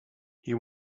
you